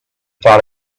thought